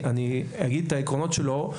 אני אגיד את העקרונות שלו.